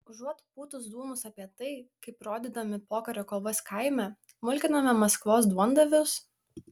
užuot pūtus dūmus apie tai kaip rodydami pokario kovas kaime mulkinome maskvos duondavius